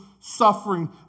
suffering